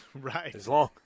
Right